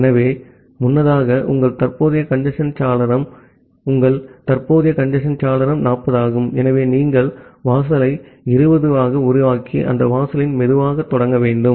ஆகவே முன்னதாக உங்கள் தற்போதைய கஞ்சேஸ்ன் சாளரம் ஆகவே உங்கள் தற்போதைய கஞ்சேஸ்ன் சாளரம் 40 ஆகும் ஆகவே நீங்கள் வாசலை 20 ஆக உருவாக்கி அந்த வாசலில் மெதுவாகத் தொடங்க வேண்டும்